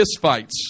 fistfights